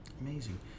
Amazing